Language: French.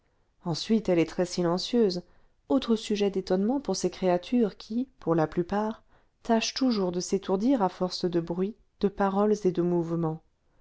ensuite elle est très silencieuse autre sujet d'étonnement pour ces créatures qui pour la plupart tâchent toujours de s'étourdir à force de bruit de paroles et de mouvements